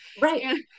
Right